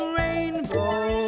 rainbow